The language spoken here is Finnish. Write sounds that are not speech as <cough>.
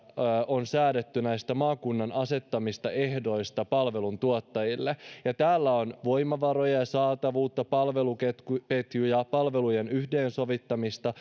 on säädetty maakunnan asettamista ehdoista palveluntuottajille täällä on voimavaroja saatavuutta palveluketjuja palvelujen yhteensovittamista <unintelligible>